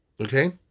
Okay